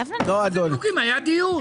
היה דיון.